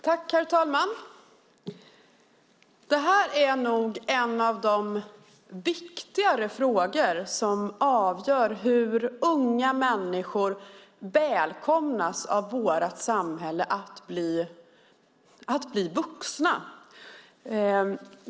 Herr talman! Den här frågan är avgörande för hur samhället välkomnar unga människor att bli vuxna.